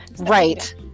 right